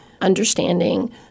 understanding